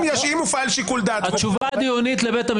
אם מופעל שיקול דעת --- התשובה הדיונית לבית המשפט,